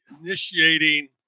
initiating